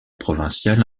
provinciale